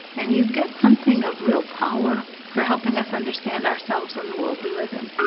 and you get something of real power for helping us understand ourselves and the world we live in.